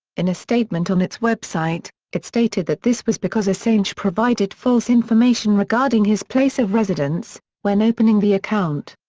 in a statement on its website, it stated that this was because assange provided false information regarding his place of residence when opening the account.